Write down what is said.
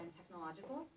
technological